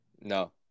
No